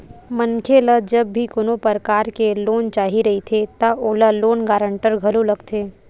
मनखे ल जब भी कोनो परकार के लोन चाही रहिथे त ओला लोन गांरटर घलो लगथे